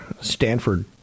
Stanford